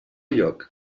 lloc